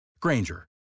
Granger